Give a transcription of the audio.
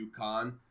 UConn